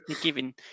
giving